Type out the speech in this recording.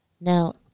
Now